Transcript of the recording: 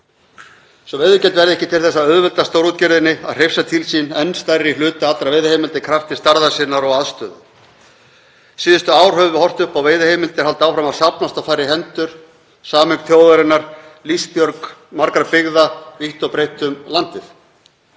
svo veiðigjald verði ekki til þess að auðvelda stórútgerðinni að hrifsa til sín enn stærri hluta allra veiðiheimilda í krafti stærðar sinnar og aðstöðu. Síðustu ár höfum við horft upp á veiðiheimildir halda áfram að safnast á færri hendur — sameign þjóðarinnar, lífsbjörg margra byggða vítt og breitt um landið.